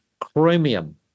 chromium